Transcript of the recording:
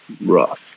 rough